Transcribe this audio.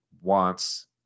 wants